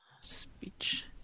Speech